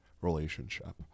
relationship